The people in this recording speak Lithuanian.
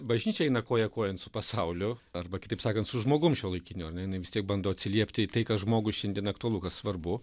bažnyčia eina koja kojon su pasauliu arba kitaip sakant su žmogum šiuolaikiniu ar ne jinai vis tiek bando atsiliepti į tai kas žmogui šiandien aktualu kas svarbu